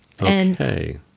Okay